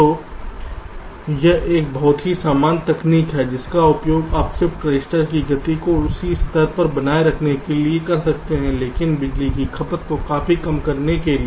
तो यह एक बहुत ही सरल तकनीक है जिसका उपयोग आप शिफ्ट रजिस्टर की गति को इसी स्तर पर बनाए रखने के लिए कर सकते हैं लेकिन बिजली की खपत को काफी कम करने के लिए